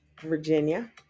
Virginia